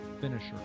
finisher